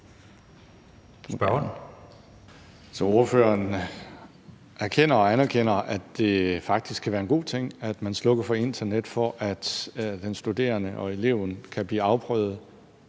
Så ordføreren erkender og anerkender, at det faktisk kan være en god ting, at man slukker for internettet, for at den studerende og eleven kan blive afprøvet